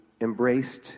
embraced